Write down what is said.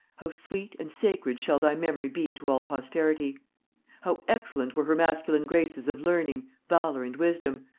how sweet and sacred shall thy memory be to all posterity how excellent were her masculine graces of learning, valor and wisdom,